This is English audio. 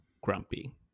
grumpy